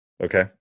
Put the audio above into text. Okay